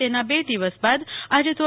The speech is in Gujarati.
તેના બે દિવસ બાદ આજે ધો